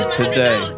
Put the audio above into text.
today